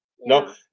No